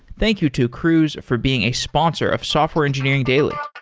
thank you to cruise for being a sponsor of software engineering daily